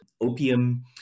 opium